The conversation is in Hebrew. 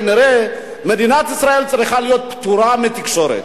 כנראה מדינת ישראל צריכה להיות פטורה מתקשורת,